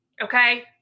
Okay